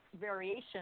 variation